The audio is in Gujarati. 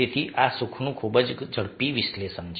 તેથી આ સુખનું ખૂબ જ ઝડપી વિશ્લેષણ છે